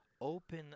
open